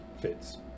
fits